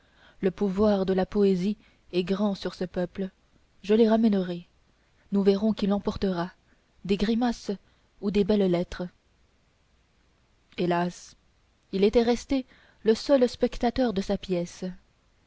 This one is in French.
le pouvoir de la poésie est grand sur le peuple je les ramènerai nous verrons qui l'emportera des grimaces ou des belles-lettres hélas il était resté le seul spectateur de sa pièce